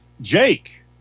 Jake